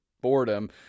boredom